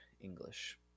english